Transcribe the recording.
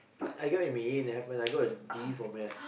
I got what you mean it happened I got a D for maths